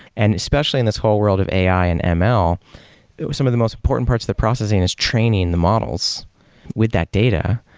and especially in this whole world of ai and ml, some of the most important parts of the processing is training the models with that data,